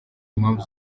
impamvu